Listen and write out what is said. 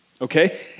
okay